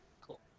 Cool